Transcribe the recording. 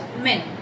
men